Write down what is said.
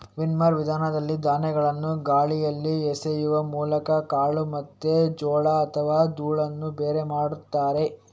winnower ವಿಧಾನದಲ್ಲಿ ಧಾನ್ಯಗಳನ್ನ ಗಾಳಿಯಲ್ಲಿ ಎಸೆಯುವ ಮೂಲಕ ಕಾಳು ಮತ್ತೆ ಜೊಳ್ಳು ಅಥವಾ ಧೂಳನ್ನ ಬೇರೆ ಮಾಡ್ತಾರೆ